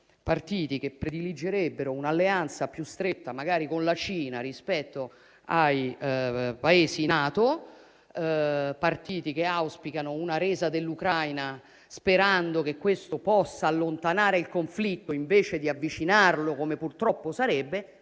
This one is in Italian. Stelle, che prediligerebbero un'alleanza più stretta magari con la Cina rispetto ai Paesi NATO; partiti che auspicano una resa dell'Ucraina, sperando che questo possa allontanare il conflitto invece di avvicinarlo, come purtroppo sarebbe.